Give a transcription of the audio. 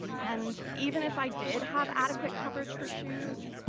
and even if i did have adequate coverage for shoes,